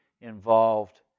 involved